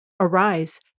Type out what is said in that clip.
Arise